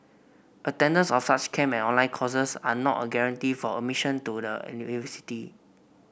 attendance of such camp and online courses are not a guarantee for admission to the university